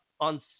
on